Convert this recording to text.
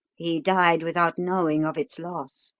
he died without knowing of its loss,